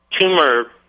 tumor